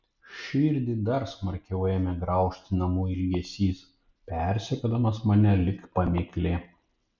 širdį dar smarkiau ėmė graužti namų ilgesys persekiodamas mane lyg pamėklė